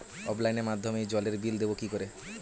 অফলাইনে মাধ্যমেই জলের বিল দেবো কি করে?